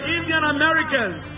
Indian-Americans